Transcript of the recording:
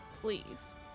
please